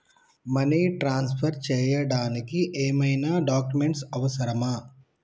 Money transfer చేయడానికి ఏమైనా documents అవసరమా?